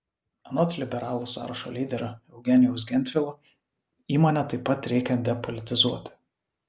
anot liberalų sąrašo lyderio eugenijaus gentvilo įmonę taip pat reikia depolitizuoti